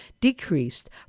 decreased